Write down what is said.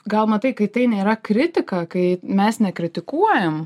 gal matai kai tai nėra kritika kai mes nekritikuojam